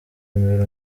imbere